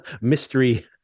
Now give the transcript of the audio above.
Mystery